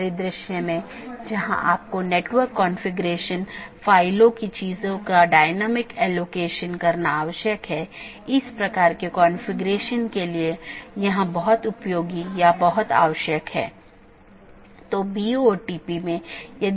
अब मैं कैसे एक मार्ग को परिभाषित करता हूं यह AS के एक सेट द्वारा परिभाषित किया गया है और AS को मार्ग मापदंडों के एक सेट द्वारा तथा गंतव्य जहां यह जाएगा द्वारा परिभाषित किया जाता है